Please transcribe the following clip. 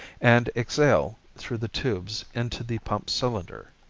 and exhale through the tubes into the pump cylinder.